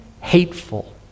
hateful